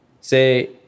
Say